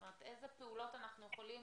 זאת אומרת איזה פעולות אנחנו יכולים